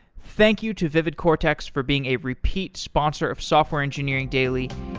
thank you to vividcortex for being a repeat sponsor of software engineering daily.